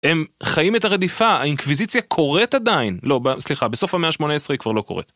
הם חיים את הרדיפה, האינקוויזיציה קורית עדיין, לא, סליחה, בסוף המאה ה-18 היא כבר לא קורית.